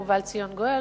ובא לציון גואל,